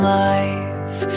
life